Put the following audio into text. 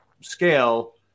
scale